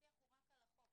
השיח הוא רק על סעיפי החוק,